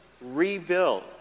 rebuild